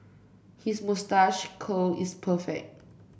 his moustache curl is perfect